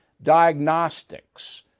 Diagnostics